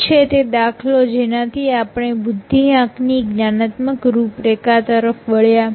શું છે તે દાખલો જેનાથી આપણે બુદ્ધિઆંક થી જ્ઞાનાત્મક રૂપરેખા તરફ વળ્યાં